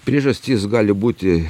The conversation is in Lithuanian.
priežastys gali būti